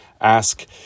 ask